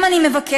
מכם אני מבקשת: